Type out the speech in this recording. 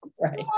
Right